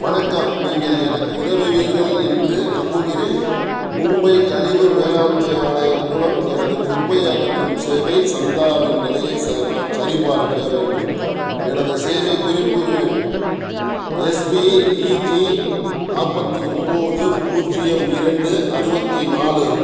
வணக்கம் நீங்கள் எனக்கு உதவுவீர்கள் என்று நம்புகிறேன் மும்பை கழிவு மேலாண்மை ஆணையம் மூலம் எனது குப்பை அகற்றும் சேவை சந்தாவின் நிலையை ச நான் சரிபார்க்க வேண்டும் எனது சேவைக் குறிப்பு எண் எஸ்பிஇஜி நாற்பத்தி ஒம்பது பூஜ்ஜியம் இரண்டு அறுபத்தி நாலு